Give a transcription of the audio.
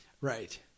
Right